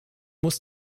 muss